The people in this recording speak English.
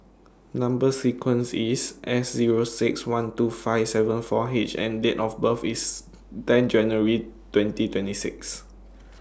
Number sequence IS S Zero six one two five seven four H and Date of birth IS ten January twenty twenty six